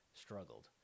Struggled